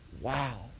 Wow